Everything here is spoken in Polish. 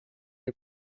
nie